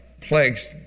plagues